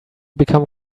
become